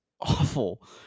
awful